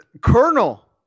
Colonel